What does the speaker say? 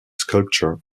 sculpture